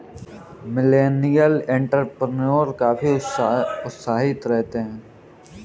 millennial entrepreneur काफी उत्साहित रहते हैं